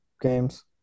games